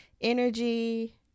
energy